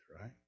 right